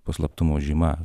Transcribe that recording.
po slaptumo žyma